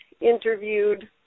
interviewed